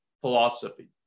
philosophy